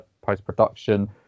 post-production